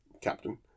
Captain